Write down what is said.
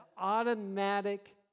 automatic